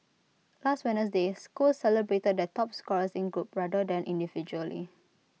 last Wednesday schools celebrated their top scorers in groups rather than individually